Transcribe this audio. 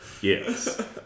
Yes